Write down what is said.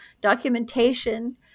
documentation